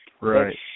Right